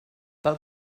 pel